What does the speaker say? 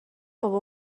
بابا